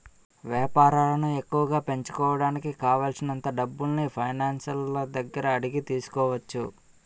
వేపారాలను ఎక్కువగా పెంచుకోడానికి కావాలిసినంత డబ్బుల్ని ఫైనాన్సర్ల దగ్గర అడిగి తీసుకోవచ్చు